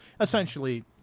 essentially